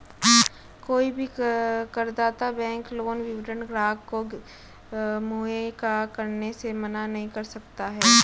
कोई भी करदाता बैंक लोन विवरण ग्राहक को मुहैया कराने से मना नहीं कर सकता है